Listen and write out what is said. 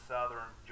Southern